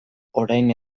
orain